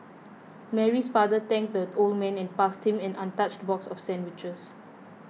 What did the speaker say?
Mary's father thanked the old man and passed him an untouched box of sandwiches